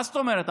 מה זאת אומרת,